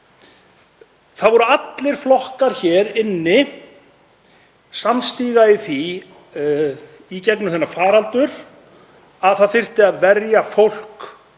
Það voru allir flokkar hér inni samstiga í því í gegnum þennan faraldur að það þyrfti að verja fólk,